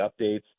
updates